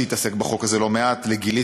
שהתעסק בחוק הזה לא מעט: לגילית,